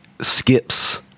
skips